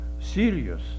serious